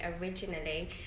originally